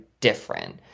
different